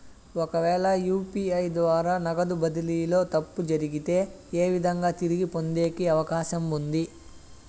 ఒకవేల యు.పి.ఐ ద్వారా నగదు బదిలీలో తప్పు జరిగితే, ఏ విధంగా తిరిగి పొందేకి అవకాశం ఉంది?